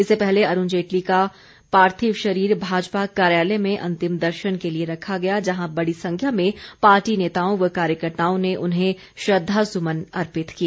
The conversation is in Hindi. इससे पहले अरूण जेटली का पार्थिव शरीर भाजपा कार्यालय में अंतिम दर्शन के लिए रखा गया जहां बड़ी संख्या में पार्टी नेताओं व कार्यकर्ताओं ने उन्हें श्रद्वासुमन अर्पित किए